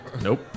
Nope